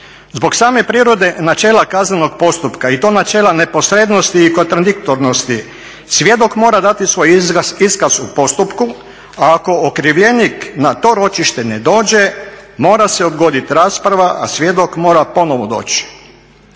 Zbog same prirode načela kaznenog postupka i to načela neposrednosti i kontradiktornosti svjedok mora dati svoj iskaz u postupku, a ako okrivljenik na to ročište ne dođe mora se odgodit rasprava, a svjedok mora ponovo doći.